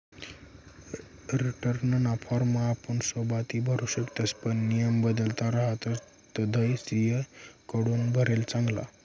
रीटर्नना फॉर्म आपण सोताबी भरु शकतस पण नियम बदलत रहातस तधय सी.ए कडथून भरेल चांगलं